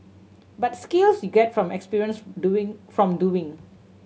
but skills you get from experience doing from doing